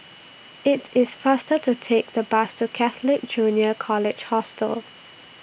IT IS faster to Take The Bus to Catholic Junior College Hostel